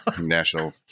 National